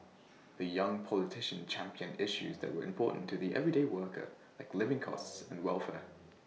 the young politician championed issues that were important to the everyday worker like living costs and welfare